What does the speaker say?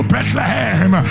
Bethlehem